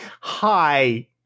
Hi